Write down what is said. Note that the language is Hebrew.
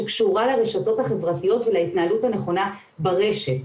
שקשורה לרשתות החברתיות ולהתנהלות הנכונה ברשת.